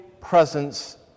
presence